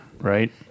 Right